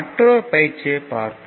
மற்றொரு பயிற்சியைப் பார்ப்போம்